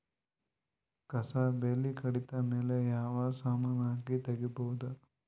ಕಸಾ ಬೇಲಿ ಕಡಿತ ಮೇಲೆ ಯಾವ ಸಮಾನ ಹಾಕಿ ತಗಿಬೊದ?